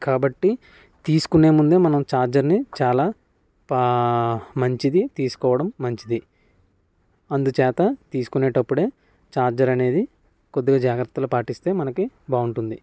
కాబట్టి తీసుకునే ముందే మనం ఛార్జర్ని చాలా మంచిది తీసుకోవడం మంచిది అందుచేత తీసుకునేటప్పుడే ఛార్జర్ అనేది కొద్దిగా జాగ్రత్తలు పాటిస్తే మనకి బాగుంటుంది